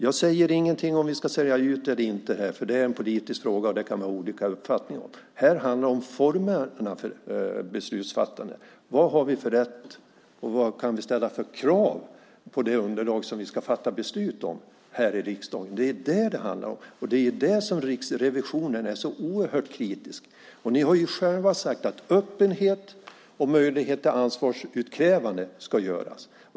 Jag säger ingenting om vi ska sälja ut eller inte. Det är en politisk fråga, och det kan man ha olika uppfattningar om. Här handlar det om formerna för beslutsfattande. Vad har vi för rätt, och vad kan vi ställa för krav på det underlag som vi ska fatta beslut utifrån här i riksdagen? Det är detta det handlar om, och det är det som Riksrevisionen är så oerhört kritisk till. Ni har själva talat om öppenhet och möjlighet till ansvarsutkrävande.